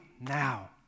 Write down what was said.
now